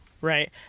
right